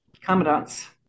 commandant's